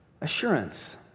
assurance